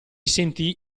sentì